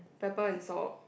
pepper and salt